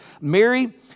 Mary